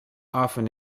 often